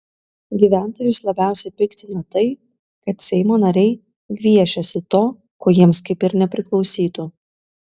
gyventojus labiausiai piktina tai kad seimo nariai gviešiasi to ko jiems kaip ir nepriklausytų